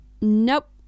nope